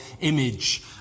image